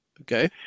Okay